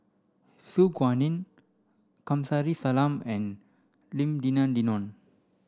Su Guaning Kamsari Salam and Lim Denan Denon